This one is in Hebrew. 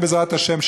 בעזרת השם,